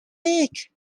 week